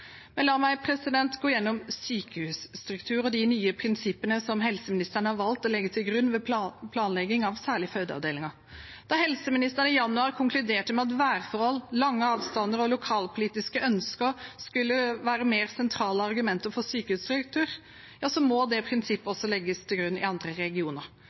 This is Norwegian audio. La meg gå gjennom sykehusstruktur og de nye prinsippene som helseministeren har valgt å legge til grunn ved planlegging av særlig fødeavdelinger. Da helseministeren i januar konkluderte med at værforhold, lange avstander og lokalpolitiske ønsker skulle være mer sentrale argumenter for sykehusstruktur, må det prinsippet også legges til grunn i andre regioner.